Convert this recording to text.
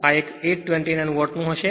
આ એક 829 વોટનું હશે